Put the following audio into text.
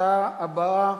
לנושא הבא: